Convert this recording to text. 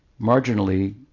marginally